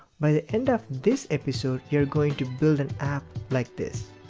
by the end of this episode, you're going to build an app like this.